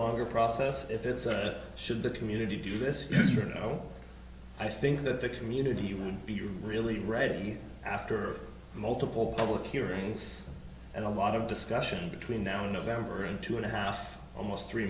longer process if it's a should the community do this no i think that the community would be really ready after multiple public hearings and a lot of discussion between now and november in two and a half almost three